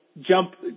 jump